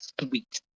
sweet